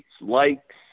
likes